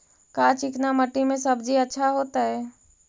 का चिकना मट्टी में सब्जी अच्छा होतै?